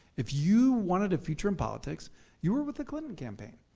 if you wanted to feature in politics you were with the clinton campaign.